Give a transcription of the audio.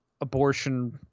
abortion